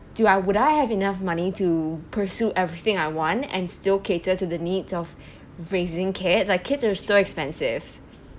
do I would I have enough money to pursue everything I want and still cater to the needs of raising kids like kids are so expensive